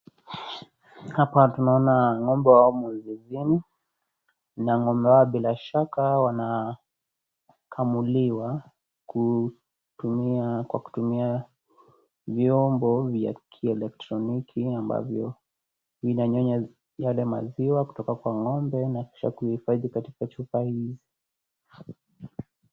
Hapa tunaona ngo'ombe wamo zizini na ngo'mbe hao bila shaka wanakamuliwa kwa kutumia vyombo vya kielektroniki ambavyo vinanyonya yale maziwa kutoka kwa ngo'ombe na kisha kuifadhi katika chupa hii.